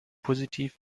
positiv